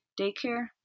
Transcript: daycare